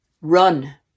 run